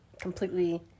completely